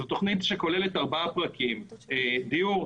זו תוכנית שכוללת ארבעה פרקים: דיור,